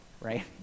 Right